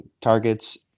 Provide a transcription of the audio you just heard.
targets